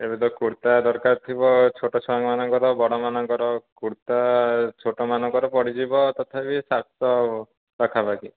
ଏବେତ କୁର୍ତ୍ତା ଦରକାର ଥିବ ଛୋଟ ଛୁଆମାନଙ୍କର ବଡ଼ ମାନଙ୍କର କୁର୍ତ୍ତା ଛୋଟ ମାନଙ୍କର ପଡ଼ିଯିବ ତଥାପି ସାତଶହ ପାଖାପାଖି